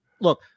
look –